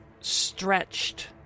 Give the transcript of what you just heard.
stretched